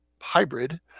hybrid